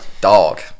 Dog